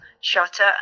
shutter